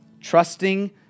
trusting